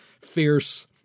fierce